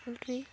poultry